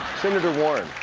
senator warren,